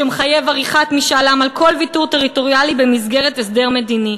שמחייב עריכת משאל עם על כל ויתור טריטוריאלי במסגרת הסדר מדיני.